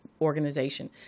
organization